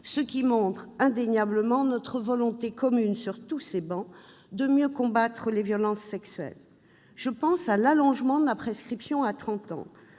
preuve indéniable de notre volonté commune sur toutes nos travées de mieux combattre les violences sexuelles. Je pense à l'allongement de la prescription à trente